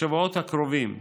בשבועות הקרובים,